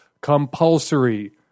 compulsory